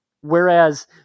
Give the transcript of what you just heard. Whereas